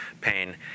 pain